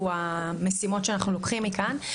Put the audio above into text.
כי אלה המשימות שאנחנו לוקחים מכאן.